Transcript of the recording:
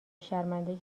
شرمنده